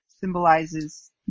symbolizes